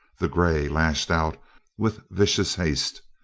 the grey lashed out with vicious haste,